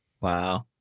Wow